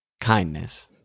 kindness